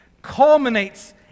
culminates